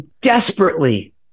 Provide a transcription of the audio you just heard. desperately